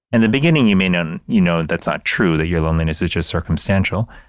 in the beginning you may know, and you know, that's not true, that your loneliness is just circumstantial.